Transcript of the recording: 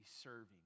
serving